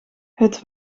het